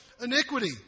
Iniquity